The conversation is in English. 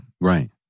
Right